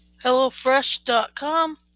HelloFresh.com